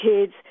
kids